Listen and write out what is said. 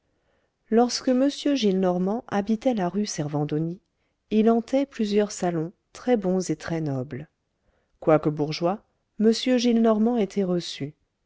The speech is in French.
lorsque m gillenormand habitait la rue servandoni il hantait plusieurs salons très bons et très nobles quoique bourgeois m gillenormand était reçu